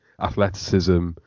athleticism